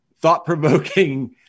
thought-provoking